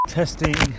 testing